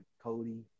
Cody